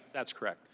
that is correct.